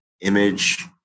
image